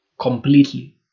completely